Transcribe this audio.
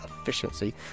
efficiency